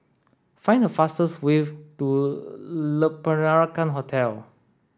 find the fastest way to Le Peranakan Hotel